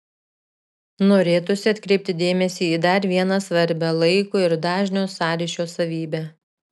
norėtųsi atkreipti dėmesį į dar vieną svarbią laiko ir dažnio sąryšio savybę